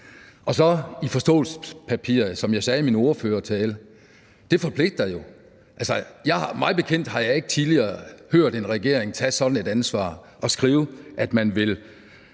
af MUDP. Forståelsespapiret, som jeg sagde i min ordførertale, forpligter jo. Jeg har ikke tidligere hørt en regering tage sådan et ansvar ved at skrive, at man vil